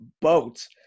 boats